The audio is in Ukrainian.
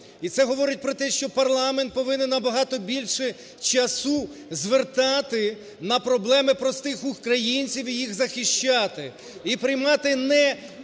І це говорить про те, що парламент повинен набагато більше часу звертати на проблеми простих українців і їх захищати.